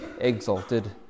exalted